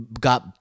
got